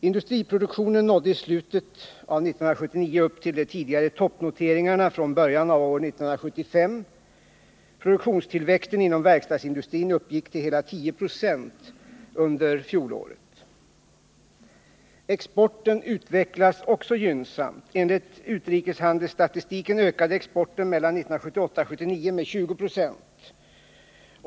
Industriproduktionen nådde i slutet av 1979 upp till de tidigare toppnoteringarna från början av år 1975. Produktionstillväxten inom verkstadsindustrin uppgick under fjolåret till hela 10 96. Exporten utvecklas också gynnsamt. Enligt utrikeshandelsstatistiken ökade exporten mellan 1978 och 1979 med 20 20.